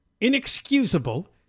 inexcusable